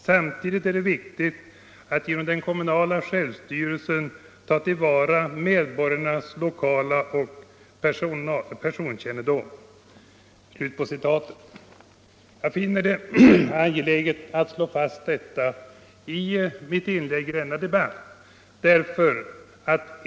Samtidigt är det viktigt att genom den kommunala självstyrelsen ta till vara medborgarnas lokaloch personkännedom.” Jag finner det angeläget att slå fast detta i mitt inlägg i denna debatt.